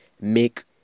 make